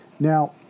Now